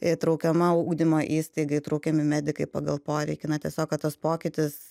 įtraukiama ugdymo įstaiga įtraukiami medikai pagal poreikį na tiesiog kad tas pokytis